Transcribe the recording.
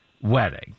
wedding